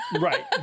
Right